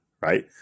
right